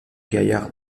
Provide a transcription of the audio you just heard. gaillard